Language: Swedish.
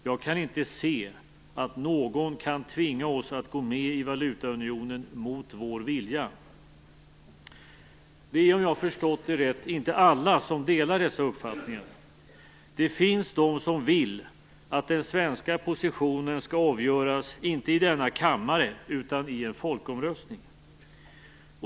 Jag kan inte se att någon kan tvinga oss att gå med i valutaunionen mot vår vilja. Det är om jag har förstått det rätt inte alla som delar dessa uppfattningar. Det finns de som vill att den svenska positionen skall avgöras inte i denna kammare utan i en folkomröstning.